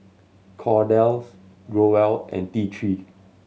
Kordel's Growell and T Three